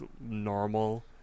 normal